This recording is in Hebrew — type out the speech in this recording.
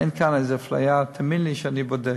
אין כאן איזו אפליה, תאמין לי שאני בודק.